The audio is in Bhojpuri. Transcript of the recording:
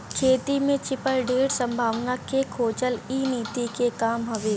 खेती में छिपल ढेर संभावना के खोजल इ नीति के काम हवे